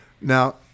Now